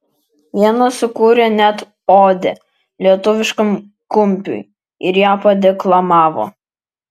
vienas sukūrė net odę lietuviškam kumpiui ir ją padeklamavo